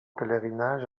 pèlerinage